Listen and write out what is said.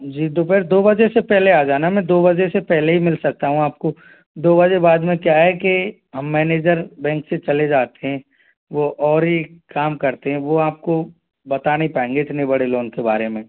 जी दोपहर दो बजे से पहले आ जाना मैं दो बजे से पहले ही मिल सकता हूँ आपको दो बजे बाद में क्या है कि हम मैनेजर बैंक से चले जाते हैं वो और ही काम करते हैं वो आपको बता नहीं पाएंगे इतने बड़े लोन के बारे में